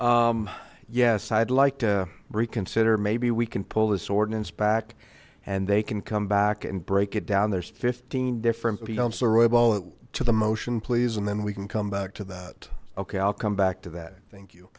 motion yes i'd like to reconsider maybe we can pull this ordinance back and they can come back and break it down there's fifteen different to the motion please and then we can come back to that ok i'll come back to that thank you